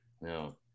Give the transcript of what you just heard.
No